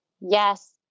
yes